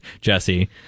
Jesse